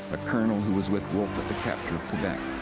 a colonel who was with wolf at the capture of quebec.